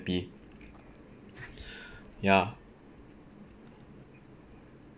ya